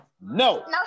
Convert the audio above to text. No